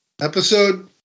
Episode